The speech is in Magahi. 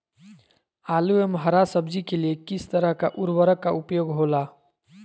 आलू एवं हरा सब्जी के लिए किस तरह का उर्वरक का उपयोग होला?